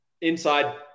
inside